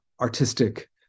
artistic